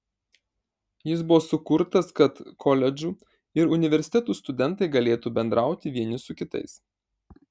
jis buvo sukurtas kad koledžų ir universitetų studentai galėtų bendrauti vieni su kitais